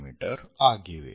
me ಆಗಿವೆ